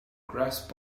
grasp